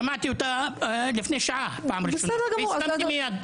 שמעתי אותה לפני שעה בפעם הראשונה, והסכמתי מיד.